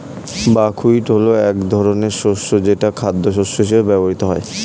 buckwheat হলো এক ধরনের শস্য যেটা খাদ্যশস্য হিসেবে ব্যবহৃত হয়